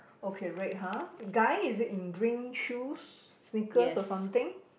okay red ha guy is it in green shoes sneakers or something